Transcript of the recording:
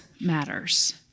matters